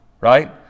right